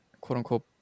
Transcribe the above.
quote-unquote